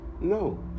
No